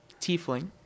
tiefling